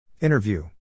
Interview